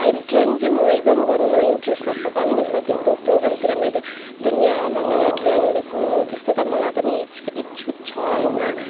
अहिले ड्रइङ चाहिँ म एकदम गर्नु मलाई इन्ट्रेस्ट लाग्छ दामी लाग्छ त्यस्तो प्रोग्रामतिर मैले दुनियाँहरूलाई मेरो ड्रइङ देखाउनु त्यस्तो त मलाई पनि इच इच्छुक छ होइन